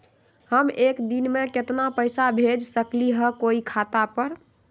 हम एक दिन में केतना पैसा भेज सकली ह कोई के खाता पर?